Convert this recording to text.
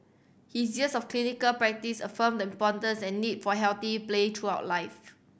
his years of clinical practice affirmed the importance and need for healthy play throughout life